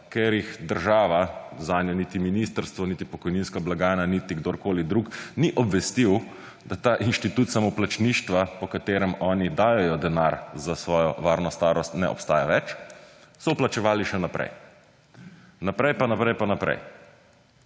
ker jih država zanje niti ministrstvo niti pokojninska blagajna niti kdorkoli drug ni obvestil, da ta inštitut samoplačništva po katerem oni dajejo denar za svojo varno starost ne obstaja več, so plačevali še naprej. Naprej pa naprej pa naprej.